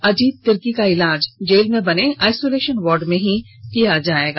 अजीत तिर्की का इलाज जेल में बने आइसोलेशन वार्ड में ही किया जाएगा